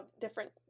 different